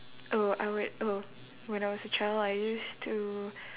oh I whe~ oh when I was a child I used to